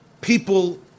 people